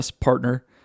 partner